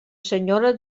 senyora